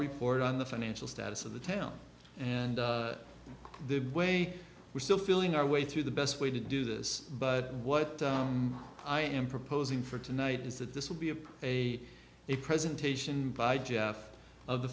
report on the financial status of the town and the way we're still feeling our way through the best way to do this but what i am proposing for tonight is that this will be of a a presentation by jeff of the